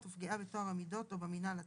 ופגיעה בטוהר המידות או במינהל התקין)